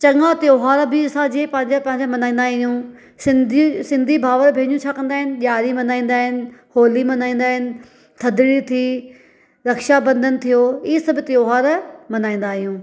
चङा त्योहार बि असां जी पंहिंजा पंहिंजा मल्हाईंदा आहियूं सिंधी सिंधी भाउर भेणियूं छा कंदा आहिनि ॾिआरी मल्हाईंदा आहिनि होली मनाइंदा आहिनि थदरी थी रक्षा बंधन थियो इहे सभु त्योहार मल्हाईंदाआहियूं